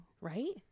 Right